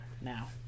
now